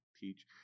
teach